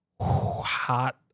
Hot